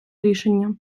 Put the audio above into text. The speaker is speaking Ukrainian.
рішення